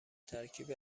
ترکیب